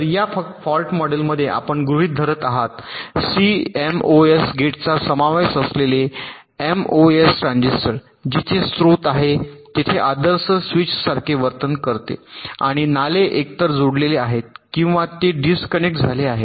तर या फॉल्ट मॉडेलमध्ये आपण गृहित धरत आहोत सीएमओएस गेटचा समावेश असलेले एमओएस ट्रान्झिस्टर जिथे स्रोत आहे तेथे आदर्श स्विचसारखे वर्तन करते आणि नाले एकतर जोडलेले आहेत किंवा ते डिस्कनेक्ट झाले आहेत